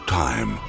time